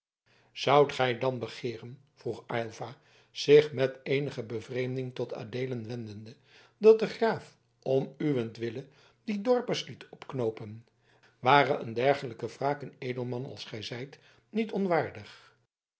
zoudt gij dan begeeren vroeg aylva zich met eenige bevreemding tot adeelen wendende dat de graaf om uwentwille die dorpers liet opknoopen ware een dergelijke wraak een edelman als gij zijt niet onwaardig